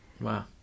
Wow